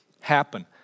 happen